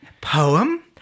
poem